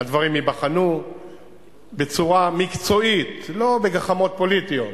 הדברים ייבחנו בצורה מקצועית, לא בגחמות פוליטיות,